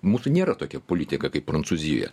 mūsų nėra tokia politika kaip prancūzijoje